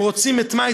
הם רוצים את מה?